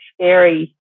scary